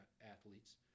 athletes